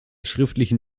schriftlichen